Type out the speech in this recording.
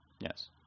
Yes